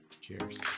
Cheers